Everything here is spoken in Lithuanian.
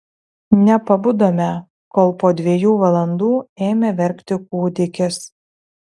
nepabudome kol po dviejų valandų ėmė verkti kūdikis